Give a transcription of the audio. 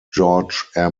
george